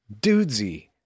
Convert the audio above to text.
dudesy